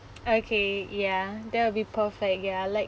okay ya that will be perfect ya like